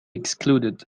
excluded